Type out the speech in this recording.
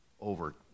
over